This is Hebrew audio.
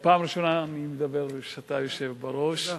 זו פעם ראשונה שאני מדבר כשאתה יושב בראש.